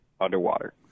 underwater